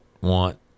want